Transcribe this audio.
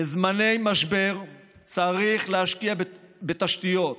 בזמני משבר צריך להשקיע בתשתיות,